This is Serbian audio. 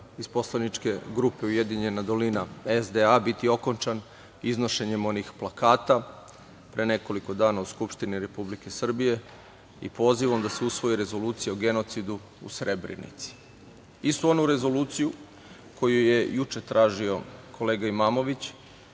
iz poslaničke grupe Ujedinjena dolina SDA biti okončan iznošenjem onih plakata pre nekoliko dana u Skupštini Republike Srbije i pozivom da se usvoji rezolucija o genocidu u Srebrenici. Istu onu rezoluciju koju je juče tražio kolega Imamović,